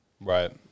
Right